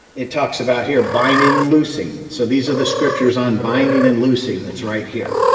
it talks about here binding and loosing. so these are the scriptures on binding and loosing that's right here.